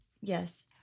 Yes